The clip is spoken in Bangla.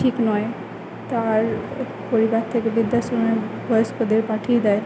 ঠিক নয় তার পরিবার থেকে বৃদ্ধাশ্রমে বয়স্কদের পাঠিয়ে দেয়